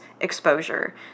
exposure